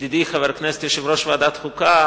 ידידי חבר הכנסת יושב-ראש ועדת החוקה,